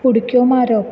उडक्यो मारप